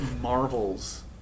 marvels